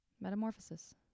Metamorphosis